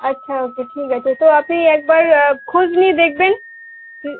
আচ্ছা আচ্ছা ঠিক আছে তো আপনি একবার খোঁজ নিয়ে দেখবেন হুম